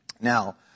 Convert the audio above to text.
Now